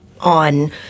on